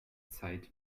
zeit